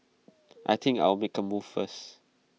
I think I'll make A move first